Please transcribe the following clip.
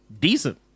decent